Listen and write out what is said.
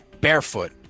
barefoot